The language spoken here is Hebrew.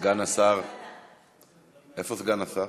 סגן השר, איפה סגן השר?